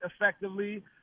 effectively